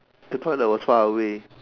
the toilet was far away